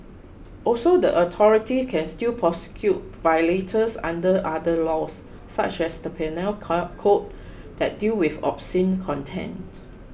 also the authorities can still prosecute violators under other laws such as the Penal Code that deal with obscene content